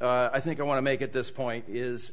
i think i want to make at this point is